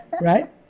Right